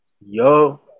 Yo